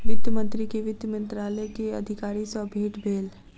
वित्त मंत्री के वित्त मंत्रालय के अधिकारी सॅ भेट भेल